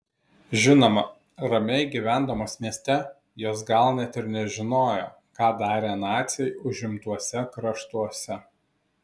žinoma ramiai gyvendamos mieste jos gal net ir nežinojo ką darė naciai užimtuose kraštuose